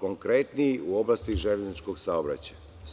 konkretniji u oblasti železničkog saobraćaja.